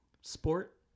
Sport